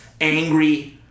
angry